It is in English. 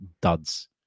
duds